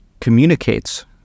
communicates